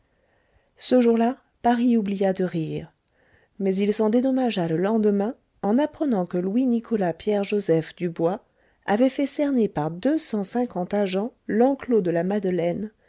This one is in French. ce jour-là paris oublia de rire mais il s'en dédommagea le lendemain en apprenant que louis nicolas pierre joseph dubois avait fait cerner par deux cent cinquante agents l'enclos de la madeleine